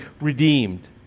redeemed